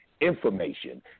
information